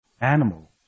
Animal